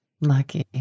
Lucky